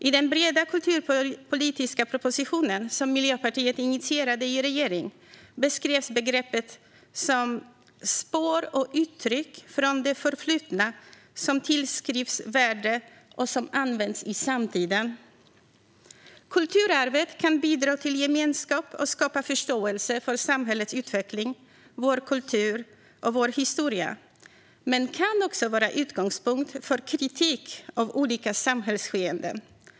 I den breda kulturarvspolitiska propositionen som Miljöpartiet initierade i regering beskrevs begreppet som spår och uttryck från det förflutna som tillskrivs värde och som används i samtiden. Kulturarvet kan bidra till gemenskap och skapa förståelse för samhällets utveckling, vår kultur och vår historia men kan också vara utgångspunkt för kritik av olika samhällsskeenden.